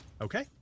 okay